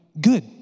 good